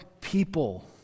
people